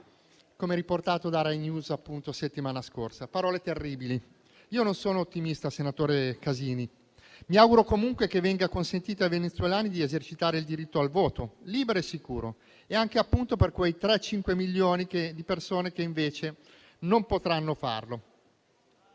come riportato da RaiNews la settimana scorsa. Parole terribili. Io non sono ottimista, senatore Casini. Mi auguro comunque che venga consentito ai venezuelani di esercitare il diritto al voto, libero e sicuro, anche con riferimento a quei 3-5 milioni di persone che però non potranno farlo.